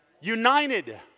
United